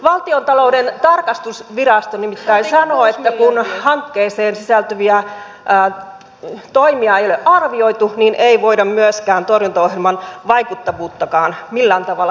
valtiontalouden tarkastusvirasto nimittäin sanoo että kun hankkeeseen sisältyviä toimia ei ole arvioitu niin ei voida myöskään torjuntaohjelman vaikuttavuutta millään tavalla todentaa